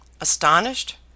astonished